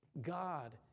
God